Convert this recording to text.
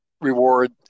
reward